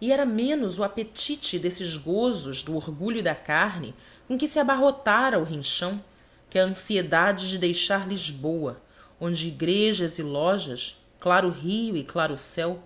e era menos o apetite desses gozos do orgulho e da carne com que se abarrotara o rinchão que a ansiedade de deixar lisboa onde igrejas e lojas claro rio e claro céu